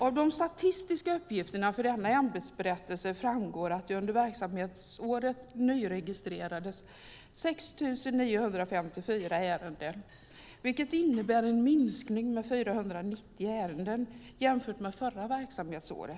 Av de statistiska uppgifterna för denna ämbetsberättelse framgår att det under verksamhetsåret nyregistrerades 6 954 ärenden, vilket innebär en minskning med 490 ärenden jämfört med förra verksamhetsåret.